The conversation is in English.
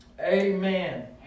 Amen